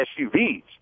SUVs